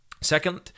Second